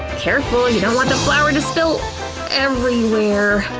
careful, you don't want the flour to spill everywhere,